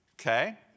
Okay